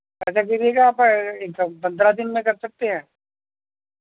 اچھا دیجیے گا آپ انٹرسٹ پندرہ دن میں کر سکتے ہیں